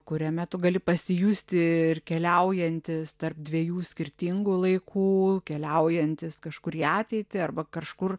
kuriame tu gali pasijusti ir keliaujantis tarp dviejų skirtingų laikų keliaujantis kažkur į ateitį arba kažkur